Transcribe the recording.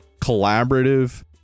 collaborative